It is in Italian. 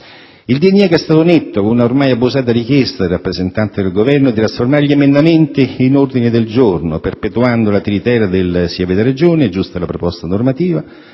Il diniego è stato netto con una ormai abusata richiesta del rappresentante del Governo di trasformare gli emendamenti in ordini del giorno, perpetuando la tiritera del «sì, avete ragione, è giusta la proposta normativa,